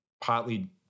partly